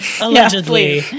Allegedly